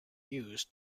used